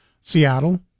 seattle